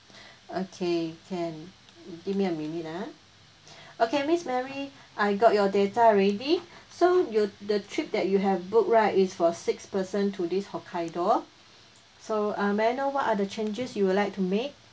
okay can give me a minute ah okay miss mary I got your data already so you the trip that you have booked right is for six person to this hokkaido so um may I know what are the changes you would like to make